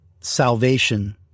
salvation